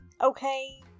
okay